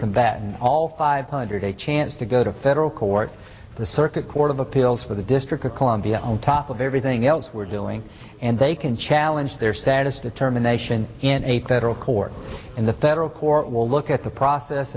combat and all five hundred a chance to go to federal court the circuit court of appeals for the district of columbia on top of everything else we're doing and they can challenge their status determination in a federal court in the federal court will look at the process